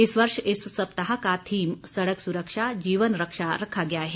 इस वर्ष इस सप्ताह का थीम सड़क सुरक्षा जीवन रक्षा रखा गया है